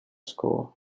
school